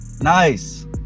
Nice